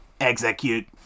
Execute